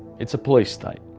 it's a police state.